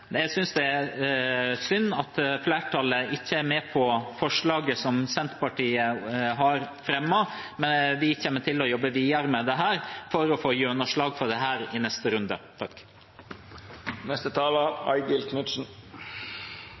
Jeg synes det er synd at flertallet ikke er med på forslaget som Senterpartiet har fremmet, men vi kommer til å jobbe videre med dette for å få gjennomslag for det i neste runde.